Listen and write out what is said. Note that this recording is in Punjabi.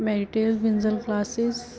ਮੈਰੀਟੇਜ ਵਿੰਜਲ ਕਲਾਸਿਸ